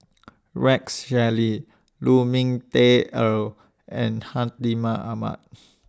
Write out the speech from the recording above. Rex Shelley Lu Ming Teh Earl and Hartimah Ahmad